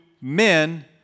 men